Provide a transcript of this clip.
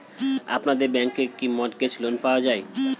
আপনাদের ব্যাংকে কি মর্টগেজ লোন পাওয়া যায়?